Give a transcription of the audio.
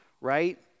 right